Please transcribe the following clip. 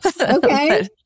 Okay